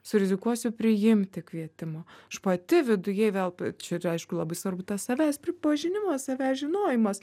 surizikuosiu priimti kvietimą aš pati viduje vėl pa čia yra aišku labai svarbu tas savęs pripažinimas savęs žinojimas